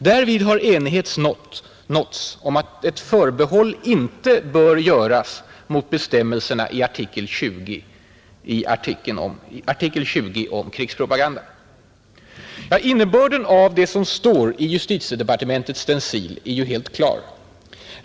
Därvid har enighet nåtts om att förbehåll inte bör göras mot bestämmelserna i art. 20 om krigspropaganda.” Innebörden av det som står i justitiedepartementets stencil är helt klar.